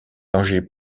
danger